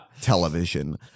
television